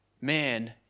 man